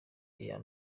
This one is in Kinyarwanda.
iya